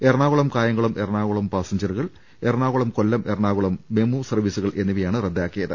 എറണാകുളം കായംകുളം എറണാകുളം പാസഞ്ചറുകൾ എറണാകുളം കൊല്ലം എറണാകുളം മെമെ സർവ്വീസുകൾ എന്നി വയാണ് റദ്ദാക്കിയത്